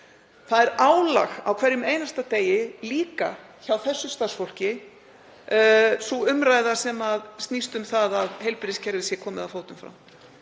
Það er álag á hverjum einasta degi líka hjá þessu starfsfólki sú umræða sem snýst um það að heilbrigðiskerfið sé komið að fótum fram,